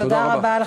תודה רבה.